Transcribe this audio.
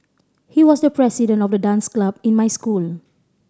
he was the president of the dance club in my school